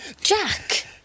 Jack